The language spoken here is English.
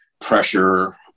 pressure